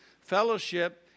Fellowship